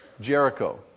Jericho